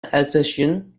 alsatian